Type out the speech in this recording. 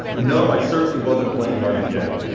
no, i certainly wasn't playing hard to get.